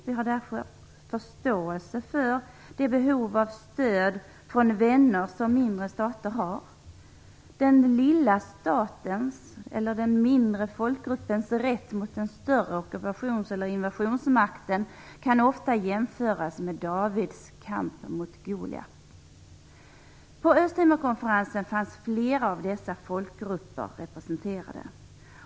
Vi har därför förståelse för det behov av stöd från vänner som mindre stater har. Den lilla statens eller den mindre folkgruppens rätt mot den större ockupations eller innovationsmakten kan ofta jämföras med Davids kamp mot Goliat. På Östtimorkonferensen fanns flera av dessa folkgrupper representerade.